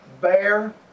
bear